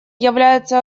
является